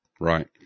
Right